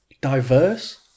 diverse